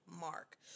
mark